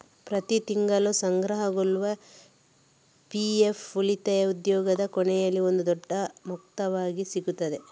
ಪ್ರತಿ ತಿಂಗಳು ಸಂಗ್ರಹಗೊಳ್ಳುವ ಪಿ.ಎಫ್ ಉಳಿತಾಯ ಉದ್ಯೋಗದ ಕೊನೆಯಲ್ಲಿ ಒಂದು ದೊಡ್ಡ ಮೊತ್ತವಾಗಿ ಸಿಗ್ತದೆ